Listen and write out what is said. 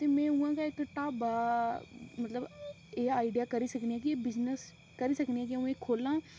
ते में उआं गै इक्क ढाबा एह् आइडिया करी सकनी कि इक्क बिज़नेस करी सकनी कि अं'ऊ एह् खोह्ल्लां